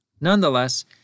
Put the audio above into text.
Nonetheless